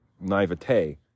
naivete